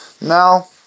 Now